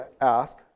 ask